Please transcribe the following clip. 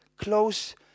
close